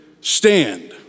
stand